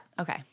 Okay